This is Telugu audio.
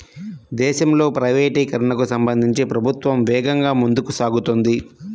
దేశంలో ప్రైవేటీకరణకు సంబంధించి ప్రభుత్వం వేగంగా ముందుకు సాగుతోంది